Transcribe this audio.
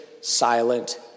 silent